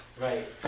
right